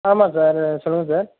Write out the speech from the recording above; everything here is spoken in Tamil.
ஆமாம் சார் சொல்லுங்கள் சார்